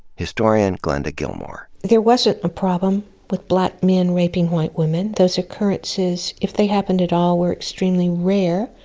historian glenda gilmore. there wasn't a problem with black men raping white women. those occurrences if they happened at all were extremely rare.